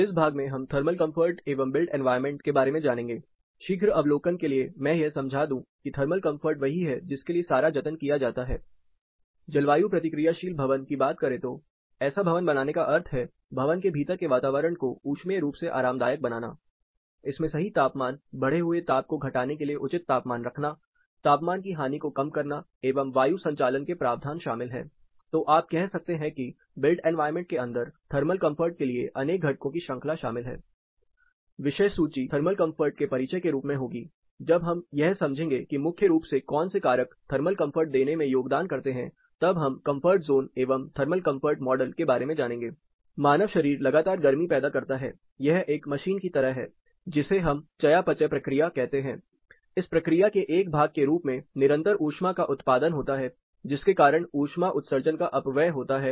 इस भाग में हम थर्मल कंफर्ट एवं बिल्ट एनवायरनमेंट के बारे में जानेंगे I शीघ्र अवलोकन के लिए मैं यह समझा दूं कि थर्मल कंफर्ट वही है जिसके लिए सारा जतन किया जाता है I जलवायु प्रतिक्रियाशील भवन की बात करें तो ऐसा भवन बनाने का अर्थ है भवन के भीतर के वातावरण को उष्मीय रूप से आरामदायक बनाना I इसमें सही तापमान बढे हुए ताप को घटाने के लिए उचित तापमान रखना ताप की हानी को कम करना एवं वायु संचालन के प्रावधान शामिल हैI तो आप कह सकते हैं कि बिल्ट एनवायरनमेंट के अंदर थर्मल कंफर्ट के लिए अनेक घटकों की श्रृंखला शामिल है I विषय सूची थर्मल कंफर्ट के परिचय के रूप में होगी I जब हम यह समझेंगे की मुख्य रूप से कौन से कारक थर्मल कंफर्ट देने में योगदान करते हैं तब हम कंफर्ट जोन एवं थर्मल कंफर्ट मॉडल के बारे में जानेंगे I मानव शरीर लगातार गर्मी पैदा करता है यह एक मशीन की तरह है जिसे हम चयापचय प्रक्रिया कहते हैंI इस प्रक्रिया के एक भाग के रूप में निरंतर ऊष्मा का उत्पादन होता है जिसके कारण ऊष्मा उत्सर्जन का अपव्यय होता है